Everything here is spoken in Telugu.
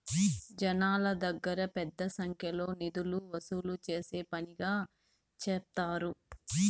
జనాల దగ్గర పెద్ద సంఖ్యలో నిధులు వసూలు చేసే పనిగా సెప్తారు